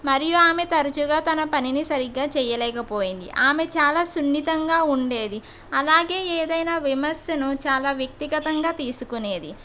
మరియు ఆమె తరచుగా తన పనిని సరిగ్గా చేయలేకపోయింది ఆమె చాలా సున్నితంగా ఉండేది అలాగే ఏదైనా విమర్శను చాలా వ్యక్తిగతంగా తీసుకునేది